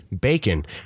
Bacon